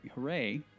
hooray